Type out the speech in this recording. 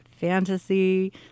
fantasy